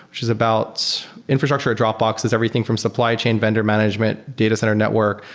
which is about infrastructure at dropbox is everything from supply chain vendor management, data center network,